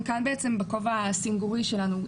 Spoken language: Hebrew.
אנחנו כאן בעצם בכובע הסנגורי שלנו,